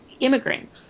immigrants